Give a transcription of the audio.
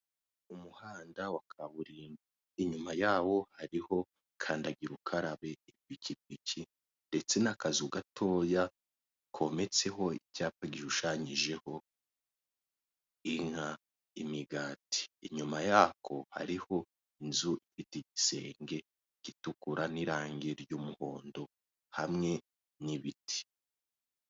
Umuhanda wa kaburimbo inyuma y'aho hariho kandagirukarabe ndetse n'akazu gatoya kometseho icyapa gishushanyijeho inka ,imigati inyuma yako harimo inzu ifite igisenge gitukura n'irange ry'umuhondo hamwe n'ibiti.